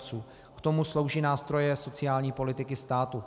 K tomu slouží nástroje sociální politiky státu.